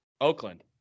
Oakland